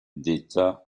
d’état